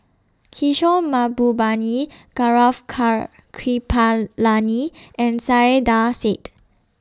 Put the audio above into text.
Kishore Mahbubani Gaurav Car Kripalani and Saiedah Said